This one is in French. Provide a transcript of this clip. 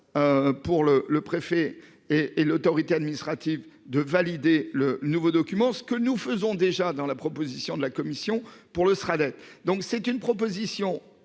Pour le le préfet et et l'autorité administrative de valider le nouveau document, ce que nous faisons déjà dans la proposition de la Commission pour l'Australie. Donc c'est une proposition